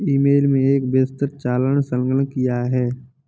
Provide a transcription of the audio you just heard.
ई mail में एक विस्तृत चालान संलग्न किया है